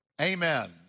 Amen